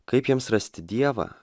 kaip jiems rasti dievą